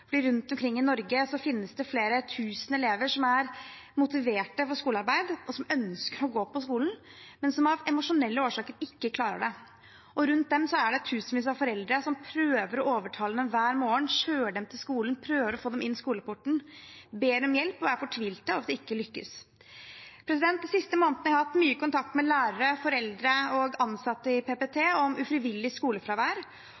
for rundt omkring i Norge finnes det flere tusen elever som er motiverte for skolearbeid, og som ønsker å gå på skolen, men som av emosjonelle årsaker ikke klarer det. Rundt dem er det tusenvis av foreldre som prøver å overtale dem hver morgen, kjører dem til skolen, prøver å få dem inn skoleporten, ber om hjelp og er fortvilte over at de ikke lykkes. De siste månedene har jeg hatt mye kontakt med lærere, foreldre og ansatte i